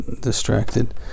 distracted